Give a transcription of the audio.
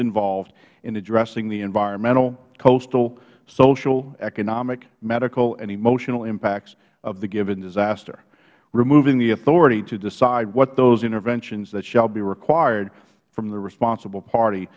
involved in addressing the environmental coastal social economic medical and emotional impacts of the given disaster removing the authority to decide what those interventions that shall be required from the responsible party